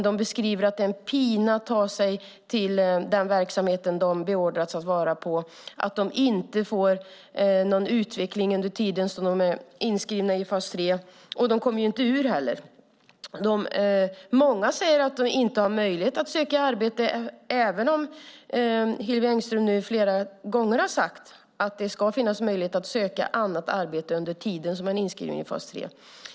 Det beskriver att det är en pina att ta sig till den verksamhet som de har beordrats att vara på och att de inte får någon utveckling under den tid som de är inskrivna i fas 3 - och de kommer inte heller ur. Många säger att de inte har möjlighet att söka arbete, även om Hillevi Engström nu flera gånger har sagt att det ska finnas möjlighet att söka annat arbete under tiden man är inskriven i fas 3.